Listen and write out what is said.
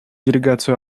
делегацию